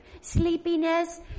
sleepiness